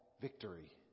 victory